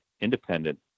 independent